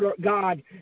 God